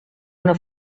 una